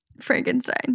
Frankenstein